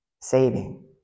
saving